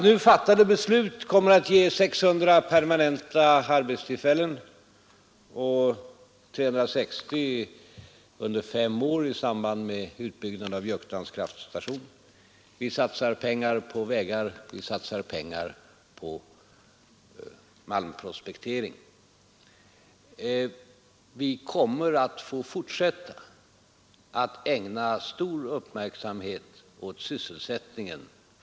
Nu fattade beslut kommer Nr 70 att ge 600 permanenta arbetstillfällen och 360 under fem år i samband Fredagen den med utbyggnad av Juktans kraftstation. Vi satsar pengar på vägar och vi 13 april 1973 satsar pengar på malmprospektering.